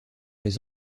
les